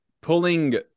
pulling